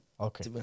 Okay